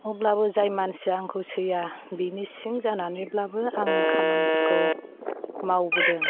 अब्लाबो जाय मानसिया आंखौ सैया बिनि सिं जानानैब्लाबो आङो खामानिफोरखौ मावबोदों